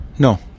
No